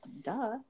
Duh